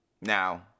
now